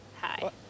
Hi